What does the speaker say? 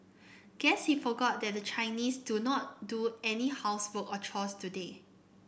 guess he forgot that the Chinese do not do any housework or chores today